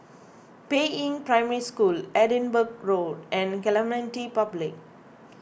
Peiying Primary School Edinburgh Road and Clementi Public